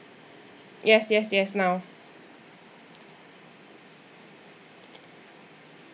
yes yes yes now